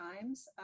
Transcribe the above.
times